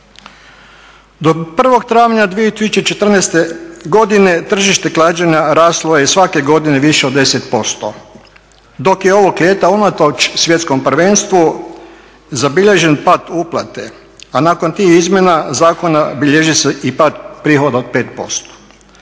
Do 01. travnja 2014. godine tržište klađenja raslo je svake godine više od 10%, dok je ovog ljeta unatoč Svjetskom prvenstvu zabilježen pad uplate, a nakon tih izmjena zakona bilježi se i pad prihoda od 5%.